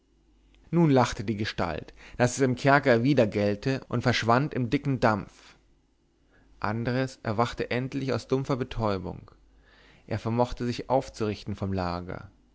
nun lachte die gestalt daß es im kerker widergellte und verschwand im dicken dampf andres erwachte endlich aus dumpfer betäubung er vermochte sich aufzurichten vom lager